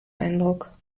eindruck